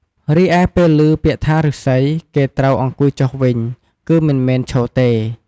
រីឯពេលឮ ពាក្យថា "ឬស្សី" គេត្រូវអង្គុយចុះវិញ គឺមិនមែនឈរទេ។